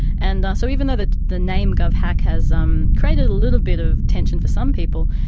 and so even though the the name govhack has um created a little bit of tension for some people,